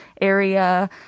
area